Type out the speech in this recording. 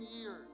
years